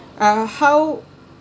uh how